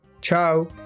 Ciao